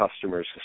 customers